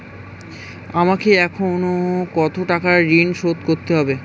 আমাকে এখনো কত টাকা ঋণ শোধ করতে হবে?